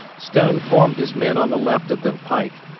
stone formed his men on the left of the pike,